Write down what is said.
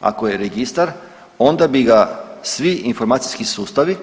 Ako je registar onda bi ga svi informacijski sustavi